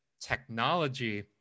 technology